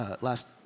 last